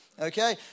okay